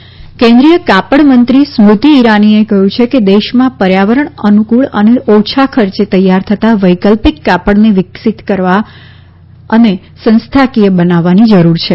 સ્મતિ ઈરાની કાપડ કેન્દ્રીય કાપડ મંત્રી સ્મૃતિ ઈરાનીએ કહ્યું છે કે દેશમાં પર્યાવરણ અનુફળ અને ઓછા ખર્ચે તૈયાર થતાં વૈકલ્પિક કાપડને વિકસીત કરવા અને સંસ્થાકીય બનાવવાની જરૂર છે